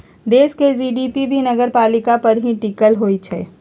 देश के जी.डी.पी भी नगरपालिका पर ही टिकल होई छई